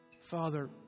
Father